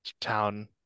town